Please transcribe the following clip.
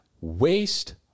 Waste